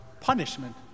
punishment